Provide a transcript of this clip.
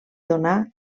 donà